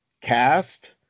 cast